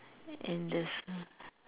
and the star